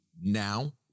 now